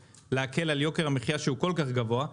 ולהקל על יוקר המחייה שהוא כל כך גבוה.